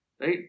Right